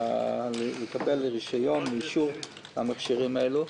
לקבל רשיון ואישור למכשירים הללו.